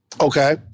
Okay